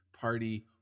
Party